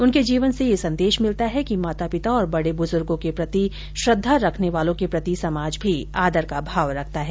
उनके जीवन से यह संदेश मिलता है कि माता पिता और बडे ब्जुर्गो के प्रति श्रद्वा रखने वालों के प्रति समाज भी आदर का भाव रखता है